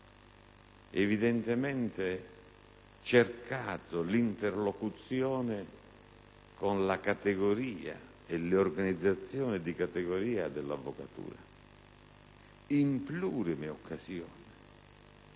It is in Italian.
evidentemente cercato l'interlocuzione con la categoria e le organizzazioni di categoria dell'avvocatura in plurime occasioni: